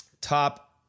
top